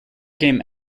game